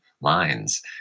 lines